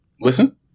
Listen